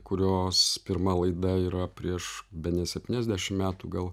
kurios pirma laida yra prieš bene septyniasdešim metų gal